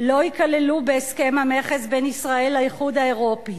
לא ייכללו בהסכם המכס בין ישראל לאיחוד האירופי,